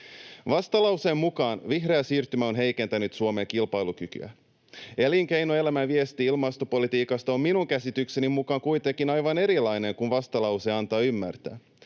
Vastalauseen mukaan vihreä siirtymä on heikentänyt Suomen kilpailukykyä. Elinkeinoelämän viesti ilmastopolitiikasta on minun käsitykseni mukaan kuitenkin aivan erilainen kuin vastalause antoi ymmärtää.